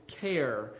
care